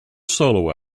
solo